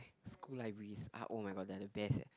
school libraries are oh-my-god they are the best leh